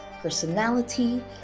personality